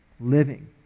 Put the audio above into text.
living